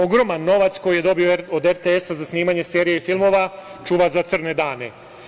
Ogroman novac koji je dobio od RTS-a za snimanje serija i filmova čuva za crne dane.